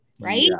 right